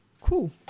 cool